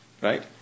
right